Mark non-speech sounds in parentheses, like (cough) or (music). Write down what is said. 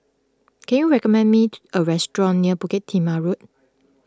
can you recommend me (noise) a restaurant near Bukit Timah Road